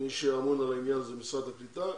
מי שאמון על העניין זה משרד הקליטה,